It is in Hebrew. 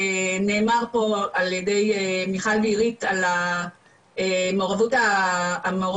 נאמר פה על ידי מיכל ואירית על המעורבות החברתית,